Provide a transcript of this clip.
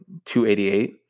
288